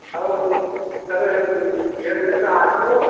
ଆଉ କେବେ ଝିଅ ଜ୍ଵାଇଁ ତ ଆସିବ